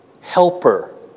helper